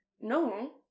No